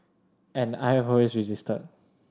and I have always resisted